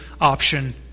option